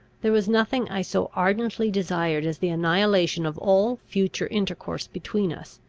there was nothing i so ardently desired as the annihilation of all future intercourse between us,